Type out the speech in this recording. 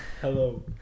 Hello